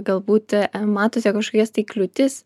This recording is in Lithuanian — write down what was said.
galbūt matote kažkokias kliūtis